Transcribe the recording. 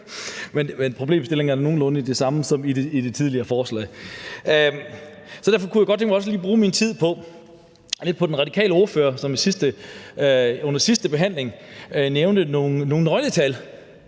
Men problemstillingen er da nogenlunde den samme som i det tidligere forslag. Derfor kunne jeg godt tænke mig også lige at bruge lidt af min tid på den radikale ordfører, som under den sidste behandling nævnte nogle nøgletal